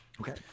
Okay